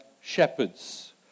shepherds